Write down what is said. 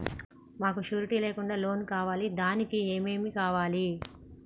మాకు షూరిటీ లేకుండా లోన్ కావాలి దానికి ఏమేమి కావాలి?